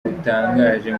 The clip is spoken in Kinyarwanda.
butangaje